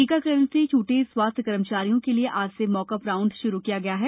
टीकाकरण से छूटे स्वास्थ्य कर्मचारियों के लिए आज से मॉकअपर राउंड श्रू किया गया है